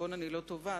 בחשבון אני לא טובה,